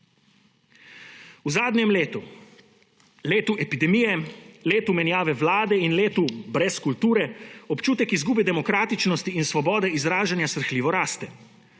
V zadnjem letu, letu epidemije, letu menjave vlade in letu brez kulture, občutek izgube demokratičnosti in svobode izražanja srhljivo raste.